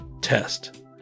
test